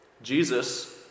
Jesus